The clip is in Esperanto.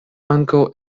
ankaŭ